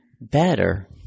better